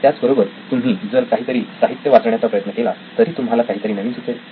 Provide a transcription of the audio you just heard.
त्याच बरोबर तुम्ही जर काहीतरी साहित्य वाचण्याचा प्रयत्न केला तरी तुम्हाला काहीतरी नवीन सुचेल